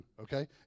okay